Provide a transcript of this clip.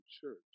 church